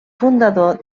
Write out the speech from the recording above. fundador